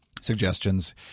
suggestions